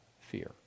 fear